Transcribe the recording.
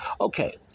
Okay